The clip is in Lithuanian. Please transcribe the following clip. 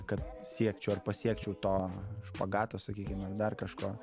kad siekčiau ar pasiekčiau to špagato sakykime dar kažko